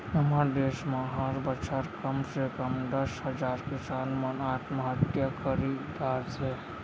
हमर देस म हर बछर कम से कम दस हजार किसान मन आत्महत्या करी डरथे